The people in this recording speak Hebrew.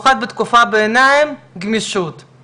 מי